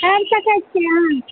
चलि सकै छी अहाँ